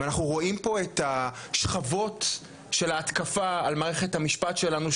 ואנחנו רואים פה את השכבות של ההתקפה על מערכת המשפט שלנו,